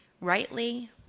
rightly